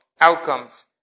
outcomes